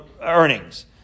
earnings